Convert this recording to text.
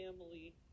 family